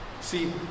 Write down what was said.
See